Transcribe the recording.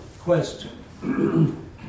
question